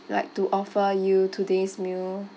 like to offer you today's meal